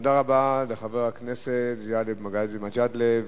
תודה רבה לחבר הכנסת גאלב מג'אדלה.